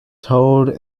toad